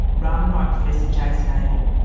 run by professor jason able.